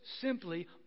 simply